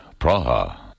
Praha